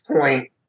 point